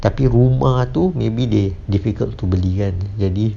tapi rumah tu maybe they difficult to beli kan jadi